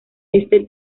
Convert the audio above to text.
este